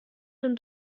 dem